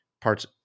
parts